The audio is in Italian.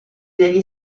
degli